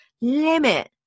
limit